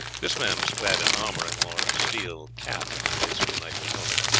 this man was clad in armour, and wore a steel cap in the place of the knightly helmet.